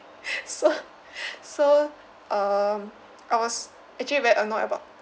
so so um I was actually very annoyed about